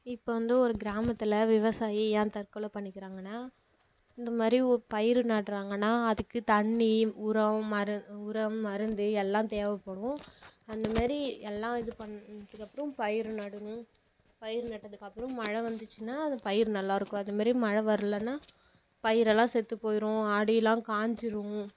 இப்போ வந்து ஒரு கிராமத்தில் விவசாயி ஏன் தற்கொலை பண்ணிக்கிறாங்கனால் இந்த மாதிரி ஒரு பயிர் நடுறாங்கனா அதுக்கு தண்ணி உரம் மரு உரம் மருந்து எல்லாம் தேவைப்படும் அந்தமாரி எல்லாம் இது பண்ணதுக்கப்புறோம் பயிர் நடணும் பயிர் நட்டத்துக்கு அப்புறோம் மழை வந்துச்சுனால் அந்த பயிர் நல்லா இருக்கும் அதுமாரி மழை வர்லைனா பயிர் எல்லாம் செத்து போயிடும் அடிலாம் காய்ஞ்சுடும்